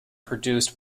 produced